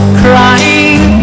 crying